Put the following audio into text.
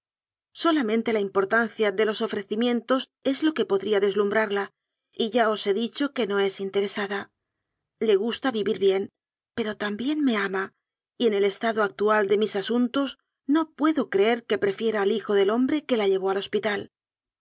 solamente la importancia de los ofre cimientos es lo que podría deslumhrarla y ya os he dicho que no es interesada le gusta vivir bien pero también me ama y en el estado actual de mis asuntos no puedo creer que prefiera al hijo del hombre que la llevó al hospital